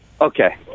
okay